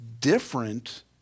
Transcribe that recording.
different